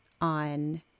on